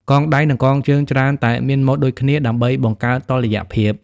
កងដៃនិងកងជើងច្រើនតែមានម៉ូដដូចគ្នាដើម្បីបង្កើតតុល្យភាព។